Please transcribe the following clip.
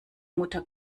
mutter